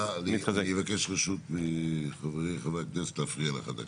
אני מבקש רשות מחברי הכנסת להפריע לך דקה.